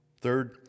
Third